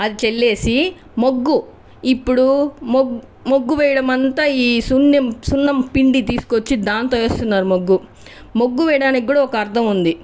అది చల్లేసి ముగ్గు ఇప్పుడు ముగ్గు వేయడం అంత ఈ సున్నం సున్నం పిండిని తీసుకువచ్చి దాంతో వేస్తున్నారు ముగ్గు ముగ్గు వేయడానికి కూడా ఒక అర్థం ఉంది